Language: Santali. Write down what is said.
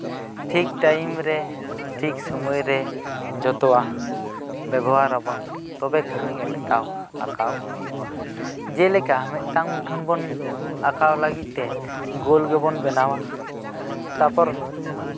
ᱴᱷᱤᱠ ᱴᱟᱭᱤᱢ ᱨᱮ ᱴᱷᱤᱠ ᱥᱚᱢᱚᱭ ᱨᱮ ᱡᱚᱛᱚᱣᱟᱜ ᱵᱮᱣᱦᱟᱨᱟᱵᱚᱱ ᱛᱚᱵᱮᱠᱷᱟᱱ ᱜᱮ ᱢᱤᱫᱴᱟᱝ ᱟᱸᱠᱟᱣ ᱦᱩᱭᱩᱜᱼᱟ ᱡᱮᱞᱮᱠᱟ ᱢᱤᱫᱴᱟᱱ ᱢᱩᱴᱷᱟᱹᱱ ᱵᱚᱱ ᱟᱸᱠᱟᱣ ᱞᱟᱹᱜᱤᱫ ᱛᱮ ᱜᱳᱞ ᱜᱮᱵᱚᱱ ᱵᱮᱱᱟᱣᱟ ᱛᱟᱨᱯᱚᱨ